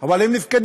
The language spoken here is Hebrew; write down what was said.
אבל הם נפקדים,